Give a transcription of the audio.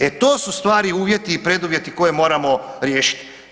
E to su stvarni uvjeti i preduvjeti koje moramo riješit.